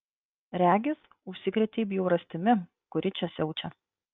regis užsikrėtei bjaurastimi kuri čia siaučia